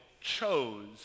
chose